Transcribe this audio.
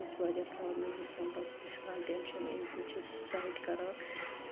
اَسہِ چھِ پَتہٕ واریاہ پرابلم پَتہٕ تہٕ ہیٚکان ٹٮ۪نشن اَمہِ کِنۍ چھِ أسۍ سُہ ساٹ کَران تہٕ